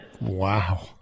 Wow